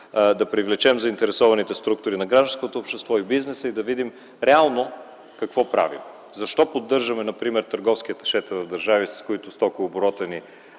да привлечем заинтересованите структури на гражданското общество и на бизнеса и да видим реално какво правим. Примерно, защо поддържаме търговски аташета в държави, с които стокооборотът